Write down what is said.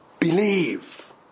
Believe